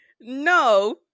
No